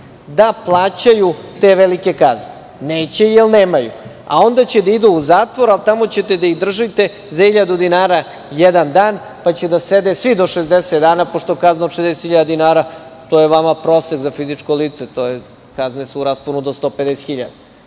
da plaćaju te velike kazne. Neće, jer nemaju, a onda će da idu u zatvor, ali tamo ćete da ih držite za 1.000 dinara jedan dan, pa će da sede svi do 60 dana, pošto je kazna od 60.000 dinara vama prosek za fizičko lice. Kazne su u rasponu do 150.000.